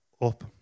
up